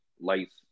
lights